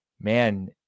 man